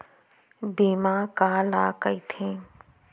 बीमा काला कइथे?